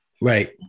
right